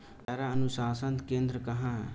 चारा अनुसंधान केंद्र कहाँ है?